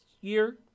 year